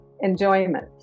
Enjoyment